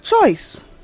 choice